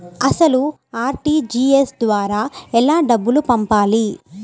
అసలు అర్.టీ.జీ.ఎస్ ద్వారా ఎలా డబ్బులు పంపాలి?